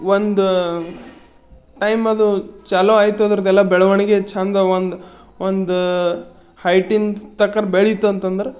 ಒಂದು ಟೈಮ್ ಅದು ಚಾಲು ಆಯ್ತದ್ರದ್ದೆಲ್ಲ ಬೆಳವಣಿಗೆ ಚೆಂದ ಒಂದು ಒಂದು ಹೈಟಿಂದು ತಕ್ಕಂಗೆ ಬೆಳೀತಂತಂದ್ರೆ